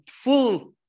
full